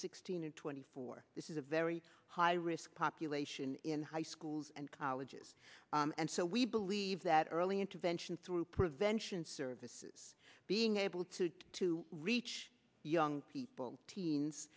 sixteen and twenty four this is a very high risk population in high schools and colleges and so we be leave that early intervention through prevention services being able to to reach young people